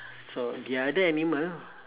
so the other animal